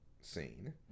scene